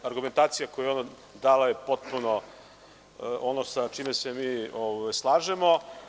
Argumentacija koju je ona dala je potpuno ono sa čime se mi slažemo.